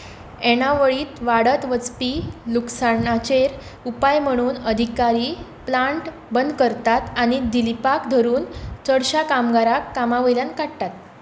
येणावळींत वाडत वचपी लुकसाणाचेर उपाय म्हणून अधिकारी प्लांट बंद करतात आनी दिलीपाक धरून चडश्या कामगारांक कामावेल्यान काडटात